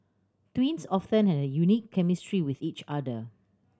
twins often have a unique chemistry with each other